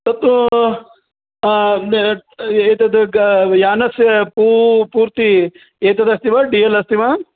तत्तु एतद् यानस्य पू पूर्तिः एतद् अस्ति वा डी एल् अस्ति वा